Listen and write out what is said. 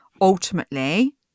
ultimately